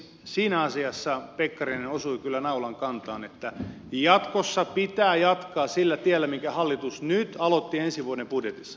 siinä asiassa pekkarinen osui kyllä naulan kantaan että jatkossa pitää jatkaa sillä tiellä minkä hallitus nyt aloitti ensi vuoden budjetissa